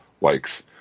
likes